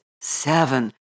seven